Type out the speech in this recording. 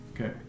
Okay